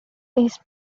these